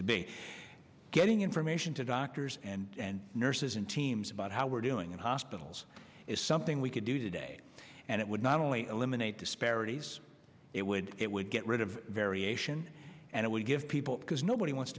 to be getting information to doctors and nurses and teams about how we're doing in hospitals is something we could do today and it would not only eliminate disparities it would it would get rid of variation and it would give people because nobody wants